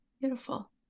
Beautiful